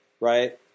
right